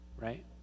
right